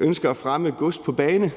ønsker at fremme gods på bane.